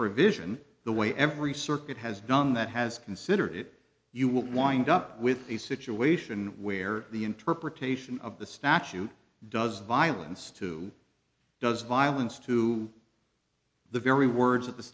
provision the way every circuit has done that has considered it you will wind up with a situation where the interpretation of the statute does violence to does violence to the very words that the